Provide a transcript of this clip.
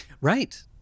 Right